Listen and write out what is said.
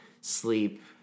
sleep